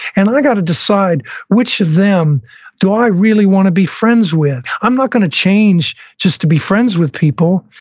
and i got to decide which of them do i really want to be friends with. i'm not going to change just to be friends with people.